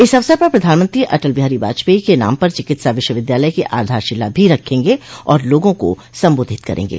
इस अवसर पर प्रधानमंत्री अटल बिहारी वाजपेयी जी के नाम पर चिकित्सा विश्वविद्यालय की आधारशिला भी रखेंगे और लोगों को सम्बोधित करेंगे